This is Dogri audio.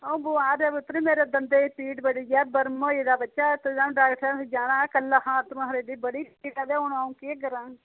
अ'ऊं बमार हां पुतर मेरे दंदे गी पीड़ बड़ी ऐ बर्म होई दा बच्चा डाक्टर कश जाना हा कल अतरूं दी बड़ी पीड़ ऐ केह् करां